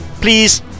Please